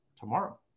tomorrow